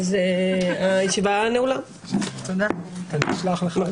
הישיבה ננעלה בשעה 16:00.